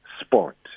sport